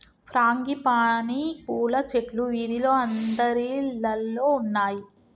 frangipani పూల చెట్లు వీధిలో అందరిల్లల్లో ఉన్నాయి